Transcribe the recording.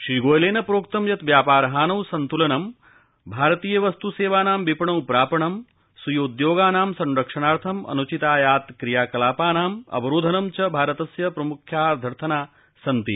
श्रीगोयलेन प्रोक्तं यत् व्यापार हानौ संत्लनं भारतीय वस्त् सेवानां विपणौ प्रापणं स्वीयोद्योगानां संरक्षणार्थम् अन्चितायात क्रियाकलापानाम् अवरोधनं च भारतस्य प्रम्खाध्यर्थनाः सन्ति